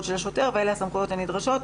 של השוטר ואלה הסמכויות הנדרשות.